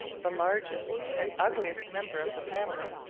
the largest and ugliest member of the family.